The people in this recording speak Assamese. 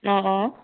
অঁ অঁ